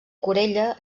corella